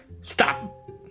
Stop